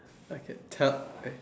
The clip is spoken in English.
okay tell